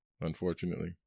unfortunately